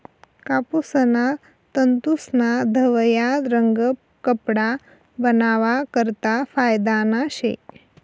कापूसना तंतूस्ना धवया रंग कपडा बनावा करता फायदाना शे